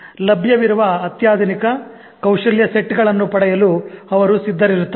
ಲಭ್ಯವಿರುವ ಅತ್ಯಾಧುನಿಕ ಕೌಶಲ್ಯ ಸೆಟ್ ಗಳನ್ನು ಪಡೆಯಲು ಅವರು ಸಿದ್ಧರಿರುತ್ತಾರೆ